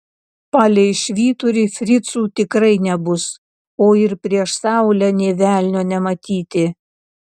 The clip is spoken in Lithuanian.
palei švyturį fricų tikrai nebus o ir prieš saulę nė velnio nematyti